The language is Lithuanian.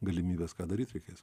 galimybes ką daryt reikės